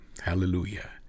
Hallelujah